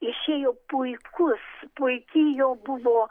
išėjo puikus puiki jo buvo